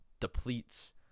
depletes